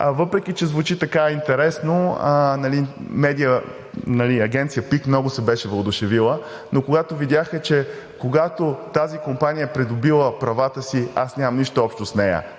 Въпреки че звучи така интересно – Агенция ПИК, много се беше въодушевила, но когато видяха, че тази компания е придобила правата си, аз нямам нищо общо с нея.